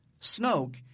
Snoke